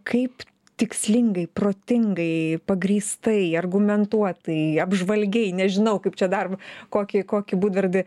kaip tikslingai protingai pagrįstai argumentuotai apžvalgiai nežinau kaip čia dar kokį kokį būdvardį